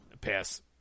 pass